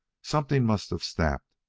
something must have snapped,